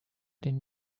denn